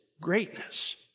greatness